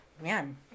man